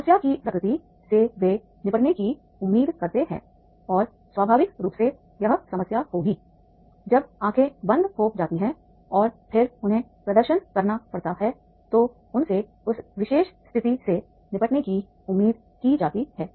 समस्या की प्रकृति से वे निपटने की उम्मीद करते हैं और स्वाभाविक रूप से यह समस्या होगी जब आँखें बंद हो जाती हैं और फिर उन्हें प्रदर्शन करना पड़ता है तो उनसे उस विशेष स्थिति से निपटने की उम्मीद की जाती है